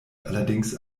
allerdings